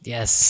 Yes